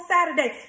Saturday